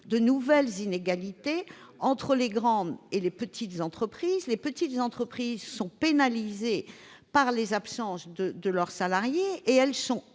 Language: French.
de nouvelles inégalités entre les grandes et les petites entreprises : les petites entreprises sont pénalisées par les absences de leurs salariés et sont